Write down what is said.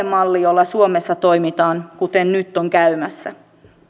malli jolla suomessa toimitaan kuten nyt on käymässä